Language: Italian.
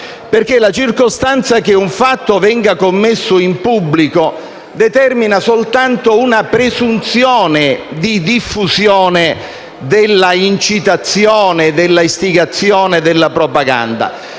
La circostanza che un fatto venga commesso in pubblico determina soltanto una presunzione di diffusione dell'incitazione, dell'istigazione o della propaganda